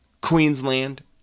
Queensland